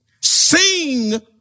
Sing